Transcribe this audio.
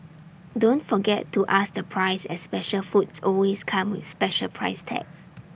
don't forget to ask the price as special foods always come with special price tags